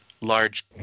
large